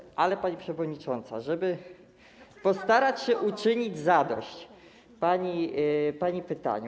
Natomiast pani przewodnicząca, żeby postarać się uczynić zadość pani pytaniu.